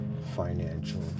financial